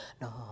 No